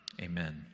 Amen